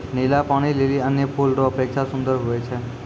नीला पानी लीली अन्य फूल रो अपेक्षा सुन्दर हुवै छै